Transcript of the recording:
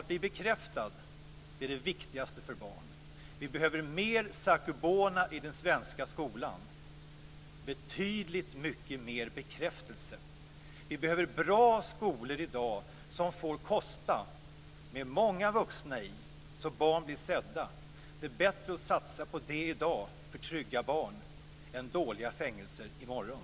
Att bli bekräftad är det viktigaste för barn. Vi behöver mer Zaku Bona i den svenska skolan, dvs. betydligt mycket mer bekräftelse. Vi behöver bra skolor i dag som får kosta, med många vuxna så att barn blir sedda. Det är bättre att satsa på trygga barn i dag än dåliga fängelser i morgon.